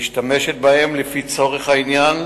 ומשתמשת בהם לפי צורך העניין,